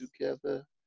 together